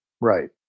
Right